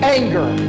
anger